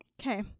Okay